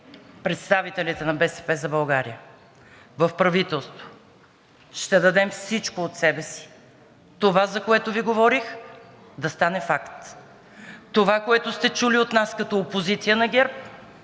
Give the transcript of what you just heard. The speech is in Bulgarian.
представителите на „БСП за България“ в правителството, ще дадем всичко от себе си това, за което Ви говорих, да стане факт. Това, което сте чули от нас като опозиция на ГЕРБ,